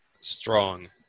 strong